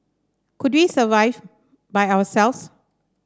could we survive by ourselves